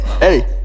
Hey